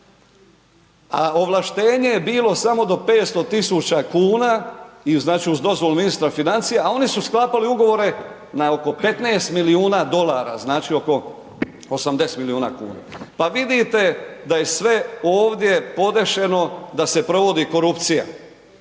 a ovlaštenje je bilo samo do 500.000 kuna i znači uz dozvolu ministra financija, a oni su sklapali ugovore na oko 15 milijuna dolara, znači oko 80 milijuna kuna. Pa vidite da je sve ovdje podešeno da se provodi korupcija.